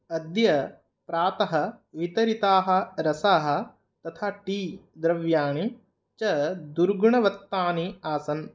अद्य प्रातः वितरिताः रसाः तथा टी द्रव्याणि च दुर्गुणवत्तानि आसन्